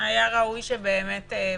היה ראוי שבחוק